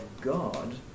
God